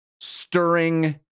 stirring